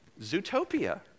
Zootopia